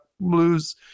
blues